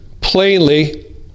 plainly